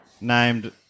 named